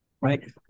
Right